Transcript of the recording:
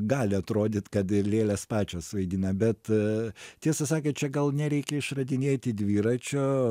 gali atrodyt kad lėlės pačios vaidina bet tiesą sakant čia gal nereikia išradinėti dviračio